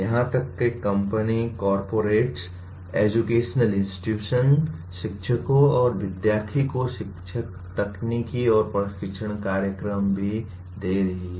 यहां तक कि कंपनी कॉर्पोरेट्स एजुकेशनल इंस्टिट्यूशन शिक्षकों और विद्यार्थी को शिक्षा तकनीक और प्रशिक्षण कार्यक्रम भी दे रही है